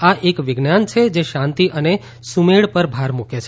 આ એક વિજ્ઞાન છે જે શાંતિ અને સુમેળ પર ભાર મૂકે છે